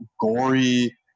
gory